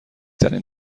ترین